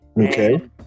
Okay